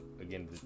again